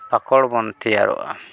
ᱯᱟᱠᱚᱲ ᱵᱚᱱ ᱛᱮᱭᱟᱨᱚᱜᱼᱟ